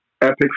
Epic